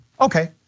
Okay